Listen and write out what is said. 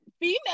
female